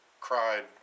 cried